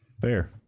Fair